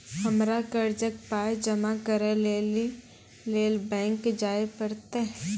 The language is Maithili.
हमरा कर्जक पाय जमा करै लेली लेल बैंक जाए परतै?